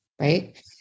Right